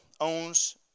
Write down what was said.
owns